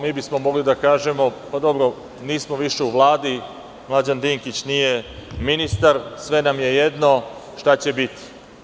Mi bismo mogli da kažemo – pa dobro, nismo više u Vladi, Mlađan Dinkić nije ministar, sve nam je jedno šta će biti.